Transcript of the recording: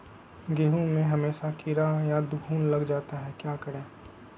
गेंहू में हमेसा कीड़ा या घुन लग जाता है क्या करें?